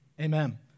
amen